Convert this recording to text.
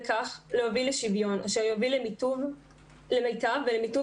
וכך להוביל לשוויון אשר יוביל למיטב ולמיטוב